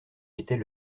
était